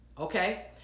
Okay